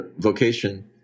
vocation